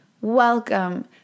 welcome